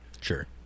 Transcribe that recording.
Sure